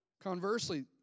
Conversely